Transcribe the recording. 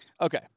Okay